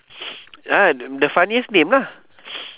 ah the funniest name lah